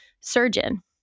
surgeon